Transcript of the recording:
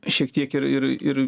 šiek tiek ir ir ir